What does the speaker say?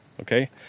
okay